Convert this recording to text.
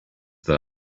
that